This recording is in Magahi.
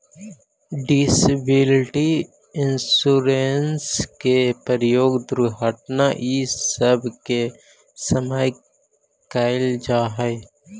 डिसेबिलिटी इंश्योरेंस के प्रयोग दुर्घटना इ सब के समय कैल जा हई